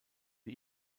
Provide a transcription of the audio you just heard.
the